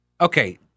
Okay